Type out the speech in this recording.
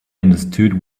understood